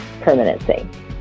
permanency